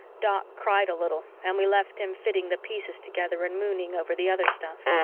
doc cried a little and we left him fitting the pieces together and mooning over the other stuff.